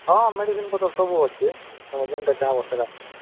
ହଁ ହଁ ମେଡ଼ିସିନ୍ ପତର ସବୁ ଅଛେ ତମେ ଯେନ୍ତା ଚାହିଁବ ସେଟା ନେବ